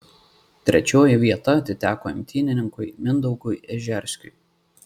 trečioji vieta atiteko imtynininkui mindaugui ežerskiui